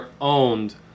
owned